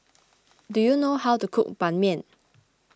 do you know how to cook Ban Mian